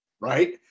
Right